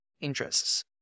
interests